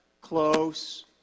close